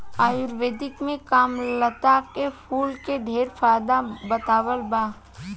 आयुर्वेद में कामलता के फूल के ढेरे फायदा बतावल बा